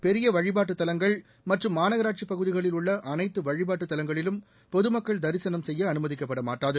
பெரிய வழிபாட்டு தலங்கள் மற்றும் மாநகராட்சிப் பகுதிகளில் உள்ள அனைத்து வழிபாட்டுத் தலங்களிலும் பொதுமக்கள் தரிசனம் அனுமதிக்கப்பட மாட்டாது